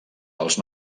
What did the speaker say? als